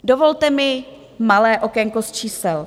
Dovolte mi malé okénko z čísel.